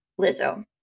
Lizzo